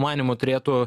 manymu turėtų